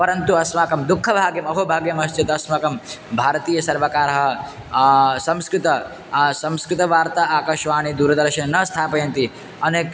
परन्तु अस्माकं दुःखभाग्यम् अहो भाग्यम् अस्ति तस्माकं भारतीयः सर्वकारः संस्कृतं संस्कृतवार्ता आकाशवाणी दूरदर्शनं न स्थापयन्ति अनेकेः